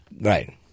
Right